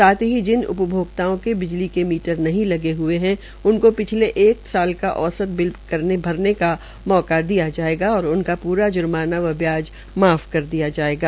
साथ ही जिन उपभोक्ताओं के बिजली के मीटर नहीं लगे हए है उनकों पिछले साल ही एक साल का औसत बिल भरने का मौका दिया जायेगा और प्रा जुर्माना व ब्याज माफ कर दिया जायेगा